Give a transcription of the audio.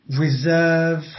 Reserve